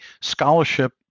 scholarship